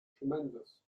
tremendous